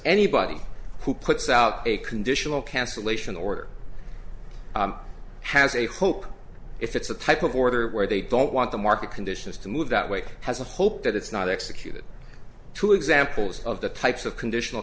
anybody who puts out a conditional cancellation order has a hope if it's a type of order where they don't want the market conditions to move that way has a hope that it's not executed two examples of the types of conditional